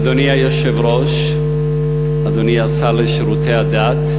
אדוני היושב-ראש, אדוני השר לשירותי הדת,